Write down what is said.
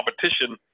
competition